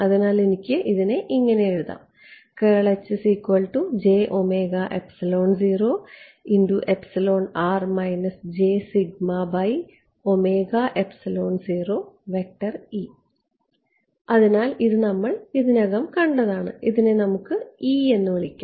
അതിനാൽ എനിക്ക് ഇതിനെ ഇങ്ങനെ എഴുതാവുന്നതാണ് അതിനാൽ ഇത് നമ്മൾ ഇതിനകം കണ്ടതാണ് ഇതിനെ നമുക്ക് എന്ന് വിളിക്കാം